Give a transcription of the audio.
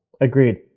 Agreed